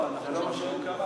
אני יכולה לקרוא